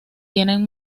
tienen